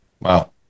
Wow